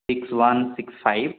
six one six five